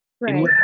right